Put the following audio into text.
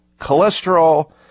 cholesterol